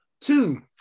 Two